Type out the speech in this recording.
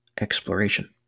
exploration